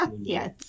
Yes